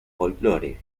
folklore